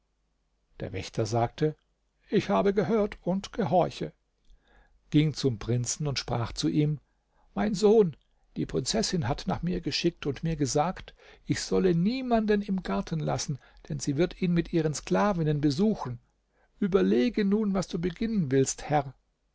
der wächter sagte ich habe gehört und gehorche ging zum prinzen und sprach zu ihm mein sohn die prinzessin hat nach mir geschickt und mir gesagt ich solle niemanden im garten lassen denn sie wird ihn mit ihren sklavinnen besuchen überlege nun was du beginnen willst herr